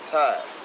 time